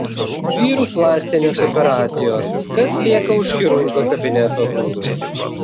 vyrų plastinės operacijos kas lieka už chirurgo kabineto durų